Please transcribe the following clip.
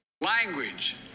Language